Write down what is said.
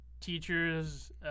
teachers